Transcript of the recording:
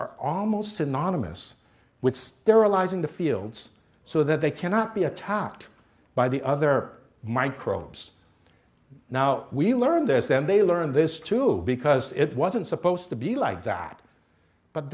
synonymous with sterilizing the fields so that they cannot be attacked by the other microbes now we learned this and they learned this too because it wasn't supposed to be like that but